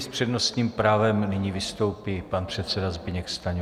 S přednostním právem nyní vystoupí pan předseda Zbyněk Stanjura.